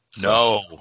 No